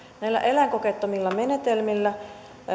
näillä eläinkokeettomilla menetelmillä